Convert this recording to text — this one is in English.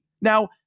Now